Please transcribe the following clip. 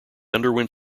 underwent